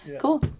Cool